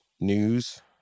news